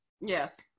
Yes